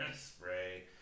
spray